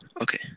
Okay